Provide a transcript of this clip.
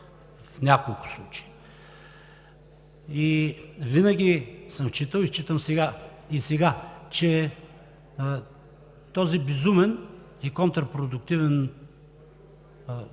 в няколко случая. (Реплики.) Винаги съм считал, и считам сега, че този безумен и контрапродуктивен